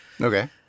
Okay